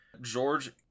George